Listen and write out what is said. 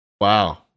wow